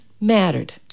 mattered